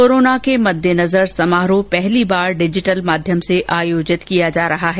corona के मद्देनजर समारोह पहली बार डिजिटल माध्यम से आयोजित किया जा रहा है